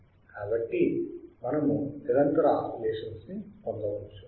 కాబట్టి మనము నిరంతర ఆసిలేషన్స్ ని పొందవచ్చు